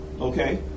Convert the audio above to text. okay